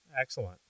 excellent